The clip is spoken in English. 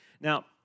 Now